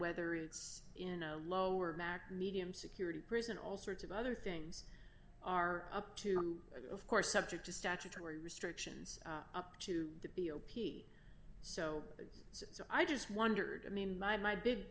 whether it's in a lower back medium security prison all sorts of other things are up to of course subject to statutory restrictions up to the b o p so as i just wondered i mean my my big